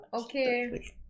okay